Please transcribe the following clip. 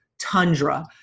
tundra